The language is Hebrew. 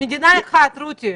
מדינה אחת, רותי.